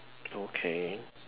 okay